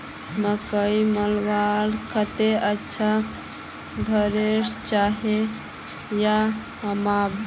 मकई मलवार केते अच्छा थरेसर होचे या हरम्बा?